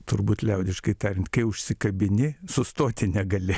turbūt liaudiškai tariant kai užsikabini sustoti negali